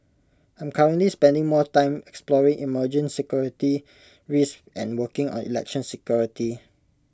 I'm currently spending more time exploring emerging security risks and working on election security